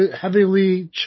heavily